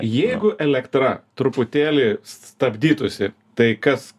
jeigu elektra truputėlį stabdytųsi tai kas